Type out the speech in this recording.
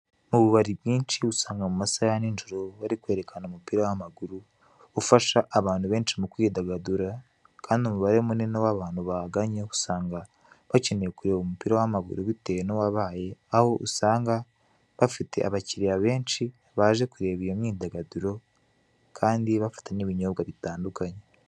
Ububari bwinshi usanga mu masaaha ya nijoro bari kwerekana umupira w'amaguru ufasha abantu mu kwidagadura kandi umubare munini w'abantu bahaganye usanga bakeneye kureba umupila bitewe n'uwabaye aho usanga bafite abakiriya benshi baje kwirebera iyo myidagaduro kandi bafata n'ibinyobwa bitandukanye.